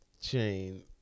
chain